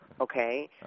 Okay